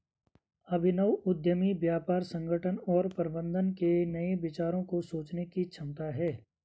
अभिनव उद्यमी व्यापार संगठन और प्रबंधन के नए विचारों को सोचने की क्षमता है